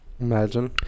Imagine